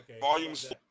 Volume's